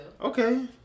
Okay